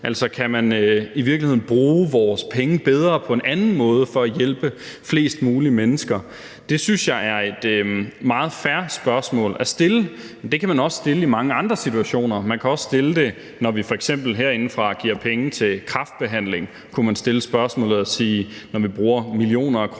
Altså, kan man i virkeligheden bruge vores penge bedre på en anden måde for at hjælpe flest mulige mennesker? Det synes jeg er et meget fair spørgsmål at stille, men det kan man også stille i mange andre situationer. Man kan også stille det, når vi f.eks. herindefra giver penge til kræftbehandling. Der kunne man stille spørgsmålet og sige: Når vi bruger millioner af kroner